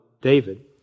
David